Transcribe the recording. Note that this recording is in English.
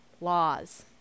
laws